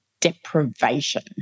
deprivation